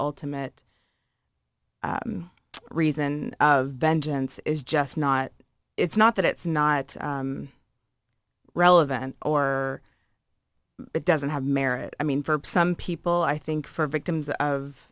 ultimate reason vengeance is just not it's not that it's not relevant or it doesn't have merit i mean for some people i think for victims of